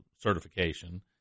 certification